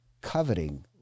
Coveting